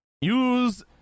use